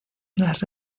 las